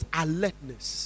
alertness